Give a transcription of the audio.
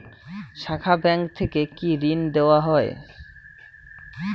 শাখা ব্যাংক থেকে কি ঋণ দেওয়া হয়?